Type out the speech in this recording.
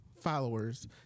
followers